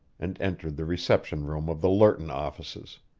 and entered the reception room of the lerton offices.